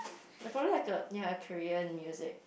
no probably like a ya a career in music